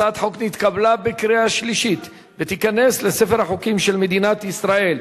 הצעת החוק התקבלה בקריאה שלישית ותיכנס לספר החוקים של מדינת ישראל.